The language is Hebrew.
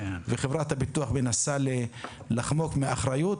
וחברת הביטוח מנסה לחמוק מאחריות.